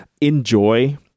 Enjoy